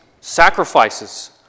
sacrifices